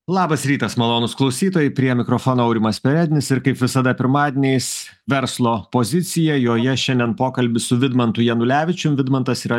labas rytas malonūs klausytojai prie mikrofono aurimas perednis ir kaip visada pirmadieniais verslo pozicija joje šiandien pokalbis su vidmantu janulevičium vidmantas yra